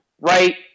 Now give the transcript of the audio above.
right